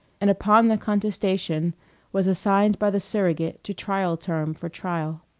and upon the contestation was assigned by the surrogate to trial term for trial.